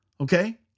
Okay